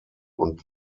und